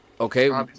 Okay